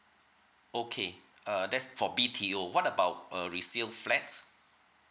okay uh that's for B_T_O what about err resale flat